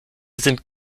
sind